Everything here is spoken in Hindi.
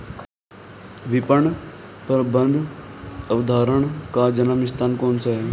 विपणन प्रबंध अवधारणा का जन्म स्थान कौन सा है?